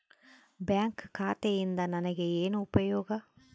Bank ಖಾತೆಯಿಂದ ನನಗೆ ಏನು ಉಪಯೋಗ?